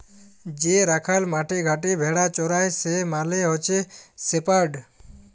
যে রাখাল মাঠে ঘাটে ভেড়া চরাই সে মালে হচ্যে শেপার্ড